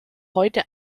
heute